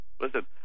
Listen